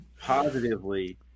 positively